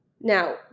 now